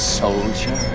soldier